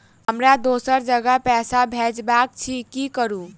हमरा दोसर जगह पैसा भेजबाक अछि की करू?